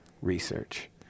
Research